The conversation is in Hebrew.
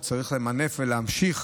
וצריך למנף ולהמשיך